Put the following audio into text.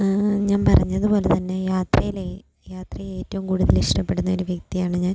ഞാൻ പറഞ്ഞതു പോലെ തന്നെ യാത്രയിലെ യാത്രയെ ഏറ്റോം കൂടുതൽ ഇഷ്ടപ്പെടുന്ന ഒരു വ്യക്തിയാണ് ഞാൻ